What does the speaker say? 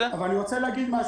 אבל אני רוצה להגיד משהו.